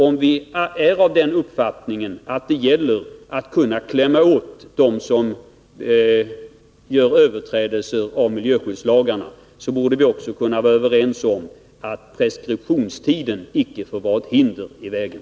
Om vi är av den uppfattningen att det gäller att kunna klämmma åt dem som gör sig skyldiga till överträdelser av miljöskyddslagarna, borde vi också kunna vara överens om att preskriptionstiden icke får vara ett hinder i vägen.